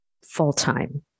full-time